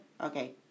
okay